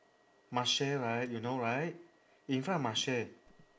marche right you know right in front of marche